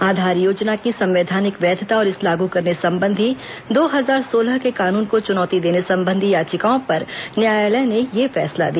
आधार योजना की संवैधानिक वैधता और इस लागू करने संबंधी दो हजार सोलह के कानून को चुनौती देने संबंधी याचिकाओं पर न्यायालय ने यह फैसला दिया